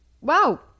wow